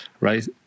Right